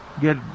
get